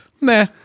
nah